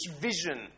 vision